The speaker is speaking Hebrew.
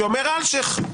שאומר אלשייך.